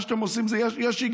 במה שאתם עושים יש היגיון,